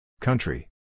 Country